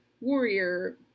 warrior